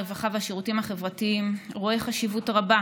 הרווחה והשירותים החברתיים רואה חשיבות רבה